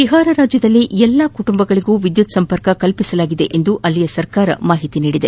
ಬಿಹಾರ ರಾಜ್ಯದಲ್ಲಿ ಎಲ್ಲ ಕುಟುಂಬಗಳಿಗೆ ವಿದ್ನುತ್ ಸಂಪರ್ಕ ಒದಗಿಸಲಾಗಿದೆ ಎಂದು ಅಲ್ಲಿಯ ಸರ್ಕಾರ ತಿಳಿಸಿದೆ